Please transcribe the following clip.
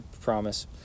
promise